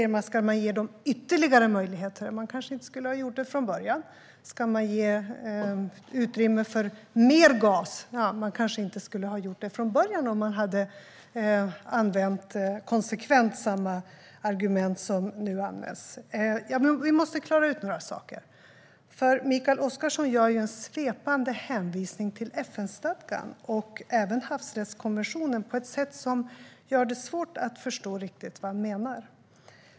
Nu frågar man om de ska få ytterligare möjligheter. Det skulle man kanske inte ha gjort från början. Ska man ge utrymme för mer gas? Man skulle kanske inte ha gjort det från början, om man hade använt sig av samma konsekvensargument som nu används. Vi måste klara ut några saker. Mikael Oscarsson gör en svepande hänvisning till FN-stadgan och havsrättskonventionen på ett sätt som gör det svårt att förstå riktigt vad han menar.